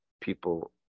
people